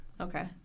Okay